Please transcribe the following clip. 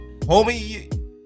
homie